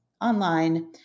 online